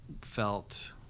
felt